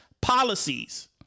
policies